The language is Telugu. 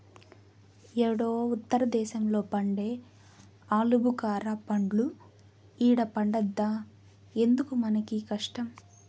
యేడో ఉత్తర దేశంలో పండే ఆలుబుకారా పండ్లు ఈడ పండద్దా ఎందుకు మనకీ కష్టం